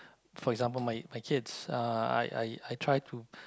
for example my my kids uh I I I try to